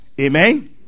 Amen